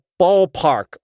ballpark